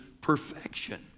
perfection